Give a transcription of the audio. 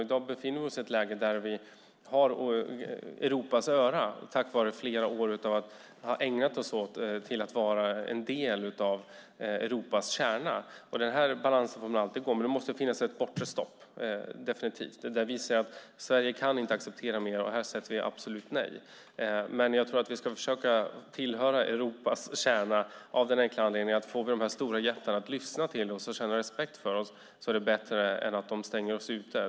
I dag befinner vi oss i ett läge där vi har Europas öra tack vare flera år av att ha ägnat oss åt att vara en del av Europas kärna. Den balansen får man alltid gå. Men det måste definitivt finnas ett bortre stopp där vi säger: Sverige kan inte acceptera mer, och här säger vi absolut nej. Vi ska försöka tillhöra Europas kärna av den enkla anledningen att om vi får de stora jättarna att lyssna till oss och känna respekt för oss är det bättre än att de stänger oss ute.